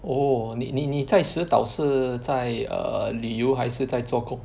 oh 你你你在石岛是在 err 旅游还是在做工